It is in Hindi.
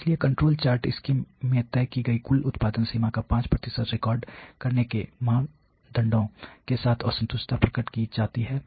इसलिए कंट्रोल चार्ट स्कीम में तय की गई कुल उत्पादन सीमा का 5 प्रतिशत रिकॉर्ड करने के मानदंडों के साथ असंतुष्टता प्रकट की जाती है